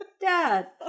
Dad